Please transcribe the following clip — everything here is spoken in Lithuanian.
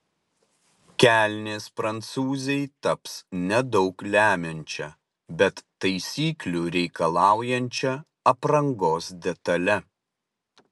kelnės prancūzei taps nedaug lemiančia bet taisyklių reikalaujančia aprangos detale